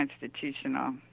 constitutional